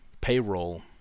payroll